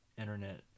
internet